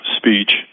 speech